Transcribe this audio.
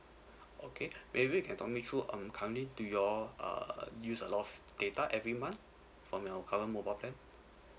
okay maybe you can talk me through um currently do you all uh use a lot of data every month from your current mobile plan